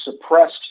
suppressed